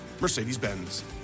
Mercedes-Benz